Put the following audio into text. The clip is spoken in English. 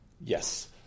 Yes